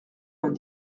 vingt